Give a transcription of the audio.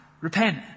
Repent